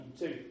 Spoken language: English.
two